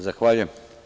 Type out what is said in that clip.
Zahvaljujem.